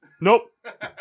Nope